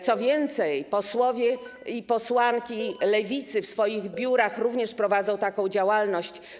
Co więcej, posłowie i posłanki Lewicy w swoich biurach również prowadzą taką działalność.